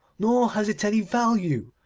nor has it any value.